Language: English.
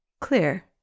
Clear